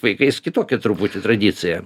vaikais kitokia truputį tradicija